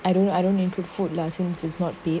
I don't know I don't improve food license is not dead